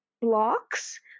blocks